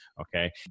okay